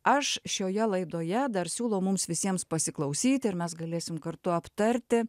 aš šioje laidoje dar siūlau mums visiems pasiklausyti ir mes galėsim kartu aptarti